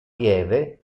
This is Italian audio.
pieve